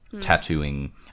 Tattooing